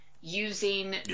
using